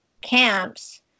camps